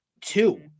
two